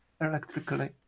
electrically